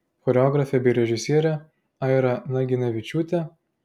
choreografė bei režisierė aira naginevičiūtė